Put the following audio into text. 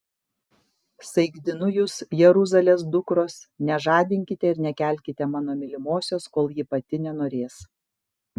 saikdinu jus jeruzalės dukros nežadinkite ir nekelkite mano mylimosios kol ji pati nenorės